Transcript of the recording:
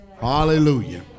Hallelujah